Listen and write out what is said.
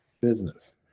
business